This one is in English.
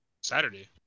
Saturday